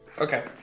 Okay